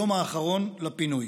היום האחרון לפינוי.